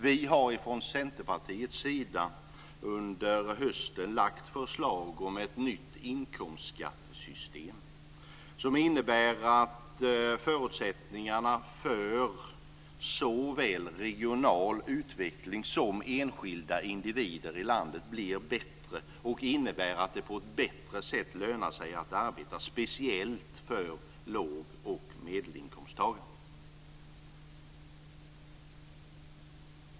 Vi har från Centerpartiets sida under hösten lagt fram förslag om ett nytt inkomstskattesystem som innebär att förutsättningarna för såväl regional utveckling som enskilda individers utveckling i landet blir bättre och innebär att det på ett bättre sätt lönar sig att arbeta, speciellt för låg och medelinkomsttagare.